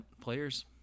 players